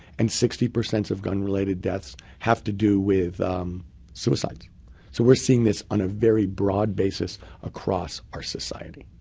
and sixty percent of gun related deaths have to do with suicides. so we're seeing this on a very broad basis across our society.